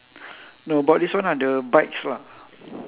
no about this one lah the bikes lah